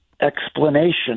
explanation